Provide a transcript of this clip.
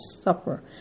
supper